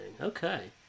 Okay